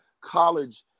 college